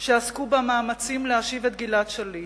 שעסקו במאמצים להשיב את גלעד שליט.